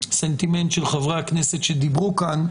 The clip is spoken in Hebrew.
הסנטימנט של חברי הכנסת שדיברו כאן,